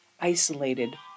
isolated